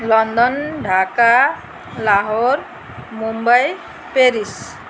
London Dhaka Lahore Mumbai Paris